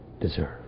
deserve